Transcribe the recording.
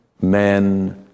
men